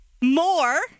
more